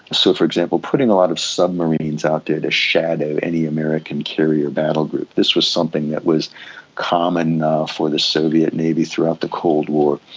so, for example, putting a lot of submarines out there to shadow any american carrier battle group. this was something that was common for the soviet navy throughout the cold war.